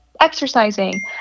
exercising